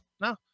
No